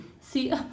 See